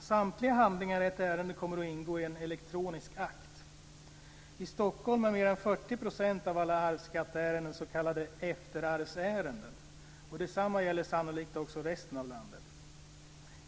Samtliga handlingar i ett ärende kommer att ingå i en elektronisk akt. I Stockholm är mer än 40 % av alla arvsskatteärenden s.k. efterarvsärenden. Detsamma gäller sannolikt också i resten av landet.